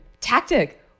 tactic